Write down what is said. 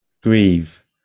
grieve